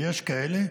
ויש כאלה